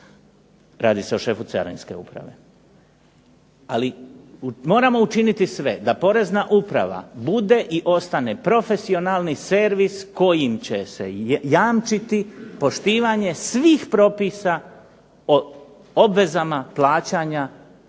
Radi se o šefu carinske uprave. Ali moramo učiniti sve da porezna uprava bude i ostane profesionalni servis kojim će se jamčiti poštivanje svih propisa o obvezama plaćanja u razno